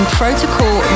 protocol